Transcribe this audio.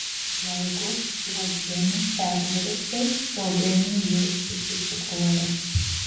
jeigu uogienė pervirusi ilgainiui ji susicukruoja